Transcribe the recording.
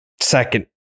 second